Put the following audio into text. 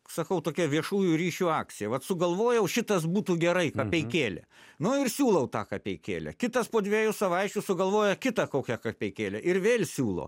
sakau tokia viešųjų ryšių akcija vat sugalvojau šitas būtų gerai kapeikėlė nu ir siūlau tą kapeikėlę kitas po dviejų savaičių sugalvoja kitą kokią kapeikėlę ir vėl siūlo